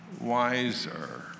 wiser